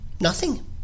Nothing